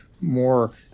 More